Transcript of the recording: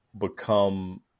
become